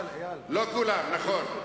לא כולם, נכון.